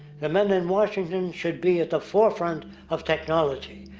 the men in washington should be at the forefront of technology.